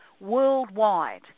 worldwide